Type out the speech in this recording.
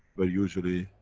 where usually,